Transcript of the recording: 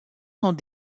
sont